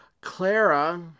clara